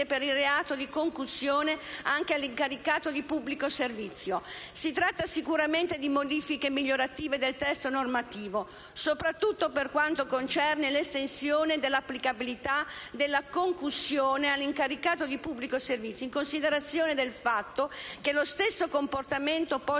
per il reato di concussione anche all'incaricato di pubblico servizio. Si tratta sicuramente di modifiche migliorative del testo normativo, soprattutto per quanto concerne l'estensione dell'applicabilità della concussione all'incaricato di pubblico servizio, in considerazione del fatto che lo stesso comportamento posto